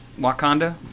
Wakanda